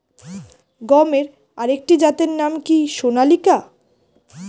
গমের আরেকটি জাতের নাম কি সোনালিকা?